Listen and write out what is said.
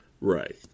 right